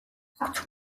აქვთ